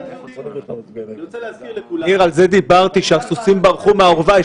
זה דיברתי כשאמרתי שהסוסים ברחו מהאורווה.